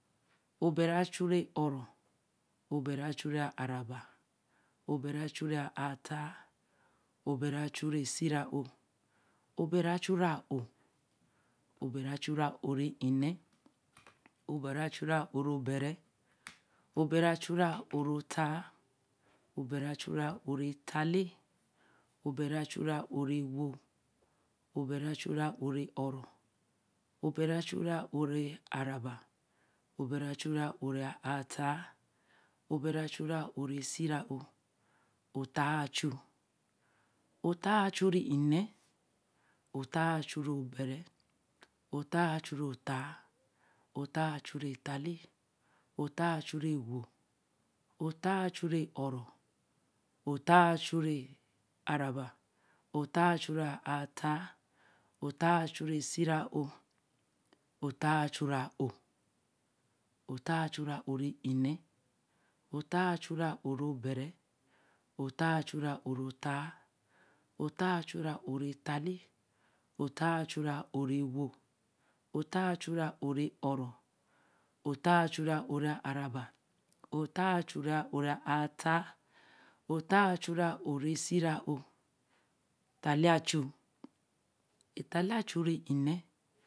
Obɛra-chu rɛ̄-ɔrɔ, Obɛra-chu-rɛ̄-araba, Obɛra-chu-rɛ̄-aataa, Obɛra-chu-rɛ-sira'o, Obɛra-chu-rā-o, Obɛra-chu-rā-a'o-ine, Obɛra-chu-ra-orobɛrɛ, Obɛra-chu-ra-oro-taa, Obɛra-chu-rā-o-re-taale, Obɛra-chu-ra-o-re-wo, Obɛra-chu-rɛ̄-a'o-rɛ̄-ɔɔrɔ, Obɛra-chu-rɛ̄-araba, Obɛra-chu-rɛ̄-aataa, Obɛra-chu-re-a'o-rɛ̄-sira'o, Otaa-chu-otaa-chu-ri-ine, Otaa-chu-rɔ̄-bɛrɛ, Otaa-chu-rɔ̄-taa, Otaa-chu-rɛ̄-taale, Otaa-chu-rē-wo, Otaa-chu-rɛ-ɔrɔ, Otaa-chu-r̄a-araba, Otaa-chu-ra-aataa, Otaa-chu-rɛ̄-sira'o, Otaa-chu-rā'o, Otaa-chu-ra-o-ri-ine, Otaa-chu-ra-oro-bɛrɛ, Otaa-chu-ra-ori-o-taa, Otaa-chu-ra-ore-taale, Otaa-chu=ra-ore-wo, Otaa-chu-ra-ore-oro, Otaa-chu-re-araba, Otaa-chu-re-aataa, Otaa-chu-re-sira'o, taale-achu, etaale-achu-ri-ine, Obɛra-chu-rɛ-ɔrɔ, Obɛra-chu-rɛ-araba-chu-rā-aataa, Obɛra-chu-re-sira'o, Obɛra-chu-ra-o, Obɛra-chu-ra-o-ri-ine, Obɛra-chu-ra-oro-bɛrɛ, Obɛra-chu-ra-oro-taa, Obɛra-chu-re-taale, Obɛra-chu-re-wo, Obɛra-chu-re-ɔrɔ, Obɛra-chu-chu-rɛ-araba, Obɛra-chu-re-aataa, Obɛra-chu-re-sira'o, Otaa-chu, Otaa-chu-ri-ine, Otaa-ro-bɛrɛ, Otaa-ro-taa, Otaa-chu-re-wo, Otaa-chu-re-ɔrɔ, Otaa-chu-rɛ-araba, Otaa-chu-ra-aataa, Otaa-chu-re-alo-rɛ-sira'o, taala-achu, taale-chu-ri-ine, taale-achu-ro-bɛrɛ, etaale-achu-ro-taa, etaala-achu-re-wo, etale-achu-re-wo, etaala-chu-ra-ɔrɔ, etaala-chu-ra-araba, etaala-chu-re-aataa, etaala-chu-re-sira'o, etaale-achu-ra'o, etaale-achu-ri-ine, etaale-chu-ro-bɛrɛ, etaale-achu-ro-taa, etaale-achu-re-a'o-re-taale, etaale-achu-ra-o-re-wo, etaale-achu-re-a'o-re-ɔrɔ, etaale-achu-ra-ore-araba, etaale-achu-ra-aataa, etaale-achu-ra-sira'o, Aju-ewo-achu